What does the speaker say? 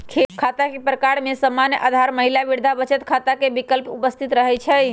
खता के प्रकार में सामान्य, आधार, महिला, वृद्धा बचत खता के विकल्प उपस्थित रहै छइ